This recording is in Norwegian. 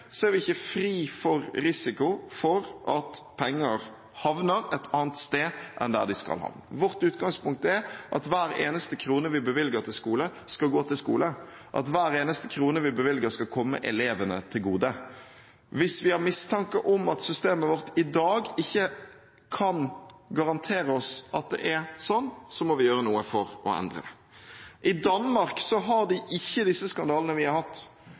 Så selv med et utbytteforbud, slik vi har i Norge, er vi ikke fri for risiko for at penger havner et annet sted enn der de skal havne. Vårt utgangspunkt er at hver eneste krone vi bevilger til skole, skal gå til skole, at hver eneste krone vi bevilger, skal komme elevene til gode. Hvis vi har mistanke om at systemet vårt i dag ikke kan garantere oss at det er sånn, må vi gjøre noe for å endre det. I Danmark har de ikke disse skandalene som vi har hatt.